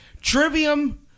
Trivium